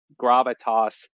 gravitas